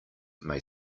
may